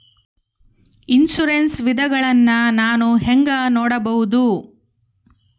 Insurance ವಿಧಗಳನ್ನ ನಾನು ಹೆಂಗ ನೋಡಬಹುದು?